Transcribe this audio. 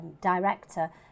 director